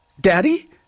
Daddy